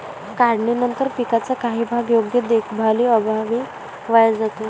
काढणीनंतर पिकाचा काही भाग योग्य देखभालीअभावी वाया जातो